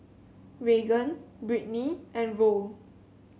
Raegan Britny and Roll